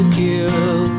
kill